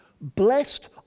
Blessed